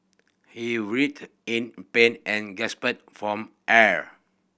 he writhed in pain and gasped from air